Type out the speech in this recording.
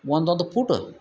ಒಂದೊಂದು ಫೂಟ